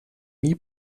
nie